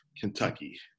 Kentucky